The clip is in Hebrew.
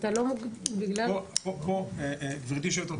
גבירתי היו"ר,